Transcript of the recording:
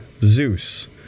Zeus